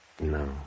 No